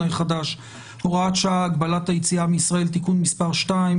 החדש (הוראת שעה) (הגבלת היציאה מישראל) (תיקון מס 2),